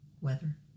weather